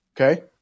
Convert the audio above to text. Okay